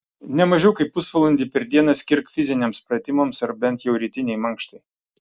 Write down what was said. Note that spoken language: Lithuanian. ne mažiau kaip pusvalandį per dieną skirk fiziniams pratimams ar bent jau rytinei mankštai